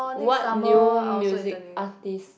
what new music artist